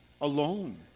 alone